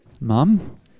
Mom